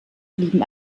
blieben